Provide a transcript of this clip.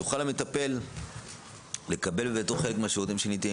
יוכל המטפל לקבל- -- כחלק מהשירותים שניתנים